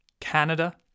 Canada